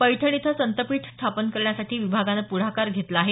पैठण इथं संतपीठ स्थापन करण्यासाठी विभागानं प्ढाकार घेतला आहे